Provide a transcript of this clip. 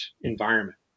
environment